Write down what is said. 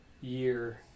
year